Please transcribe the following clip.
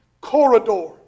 corridor